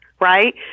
right